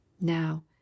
Now